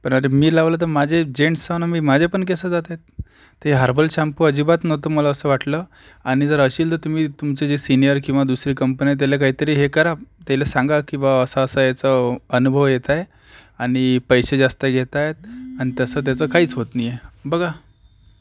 पण अरे मी लावलं तर माझे जेन्टस आहे ना मी माझे पण केस जात आहेत ते हर्बल शाम्पू अजिबात नव्हतं मला असं वाटलं आणि जर असेल तर तुम्ही तुमचे जे सिनियर किंवा दुसरी कंपन्या त्याला काय तरी हे करा त्याला सांगा की बा असं असं हेचं अनुभव येत आहे आणि पैसे जास्त घेताय आणि तसं त्याचं काहीच होत नाही आहे बघा